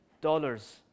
dollars